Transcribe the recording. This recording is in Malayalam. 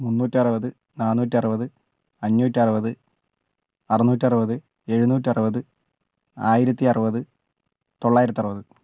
മുന്നൂറ്ററുപത് നാനൂറ്ററുപത് അഞ്ഞൂറ്ററുപത് ആറുനൂറ്ററുപത് എഴുനൂറ്ററുപത് ആയിരത്തി അറുപത് തൊള്ളായിരത്തി അറുപത്